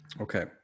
Okay